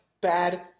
bad